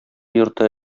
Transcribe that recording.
йорты